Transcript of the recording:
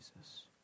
Jesus